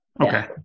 Okay